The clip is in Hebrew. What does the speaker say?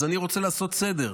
אז אני רוצה לעשות סדר.